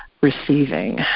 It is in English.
receiving